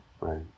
right